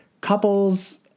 couples